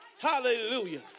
Hallelujah